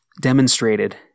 demonstrated